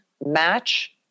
match